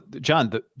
John